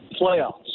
playoffs